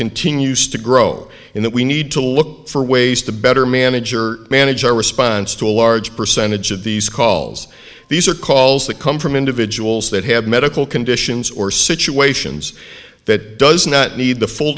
continues to grow in that we need to look for ways to better manage or manage our response to a large percentage of these calls these are calls that come from individuals that have medical conditions or situations that does not need the full